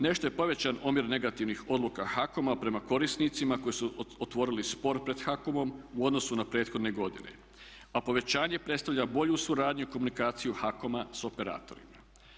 Nešto je povećan omjer negativnih odluka HAKOM-a prema korisnicima koji su otvorili spor pred HAKOM-om u odnosu na prethodne godine, a povećanje predstavlja bolju suradnju i komunikaciju HAKOM-a sa operatorima.